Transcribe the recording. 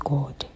God